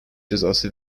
cezası